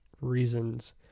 reasons